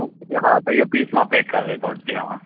okay हा त इहो पीस मां पैक करे थो ॾियाव